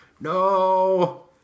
no